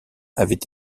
avaient